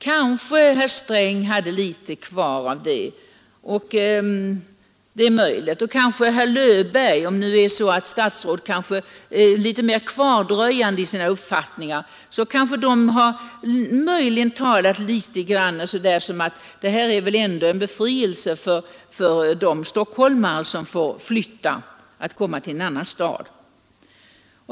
Kanske herr Sträng hade litet kvar av det argumentet, och kanske också herr Löfberg — det är möjligt att statsråden är litet mer kvardröjande i sina uppfattningar. Kanske de har talat sinsemellan om att det väl ändå är en befrielse för de stockholmare som får flytta och komma till en annan stad.